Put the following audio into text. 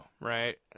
right